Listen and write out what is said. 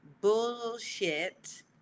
bullshit